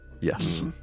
Yes